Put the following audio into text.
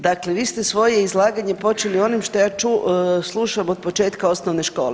Dakle vi ste svoje izlaganje počeli onim što ja sluša od početka osnovne škole.